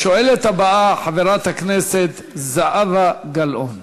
השואלת הבאה, חברת הכנסת זהבה גלאון.